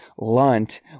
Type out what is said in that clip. Lunt